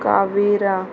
काविरा